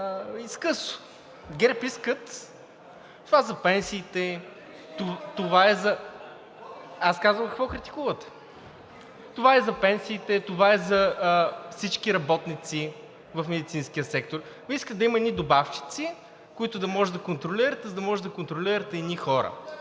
изкъсо. ГЕРБ искат това за пенсиите… (Реплики.) Аз казвам какво критикуват. Това е за пенсиите, това е за всички работници в медицинския сектор. Но искат да има едни добавчици, които да можете да контролирате, за да можете да контролирате едни хора.